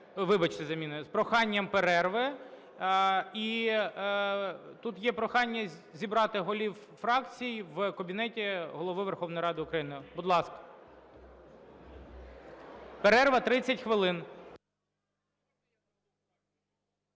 Вибачте, заміни. З проханням перерви. І тут є прохання зібрати голів фракцій в кабінеті Голови Верховної Ради України. Будь ласка. Перерва 30 хвилин.